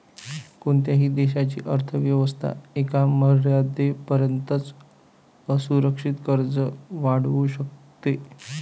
कोणत्याही देशाची अर्थ व्यवस्था एका मर्यादेपर्यंतच असुरक्षित कर्ज वाढवू शकते